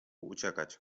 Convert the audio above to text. uciekać